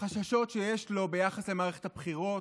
לחששות שיש לו ביחס למערכת הבחירות,